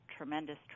tremendous